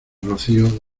rocío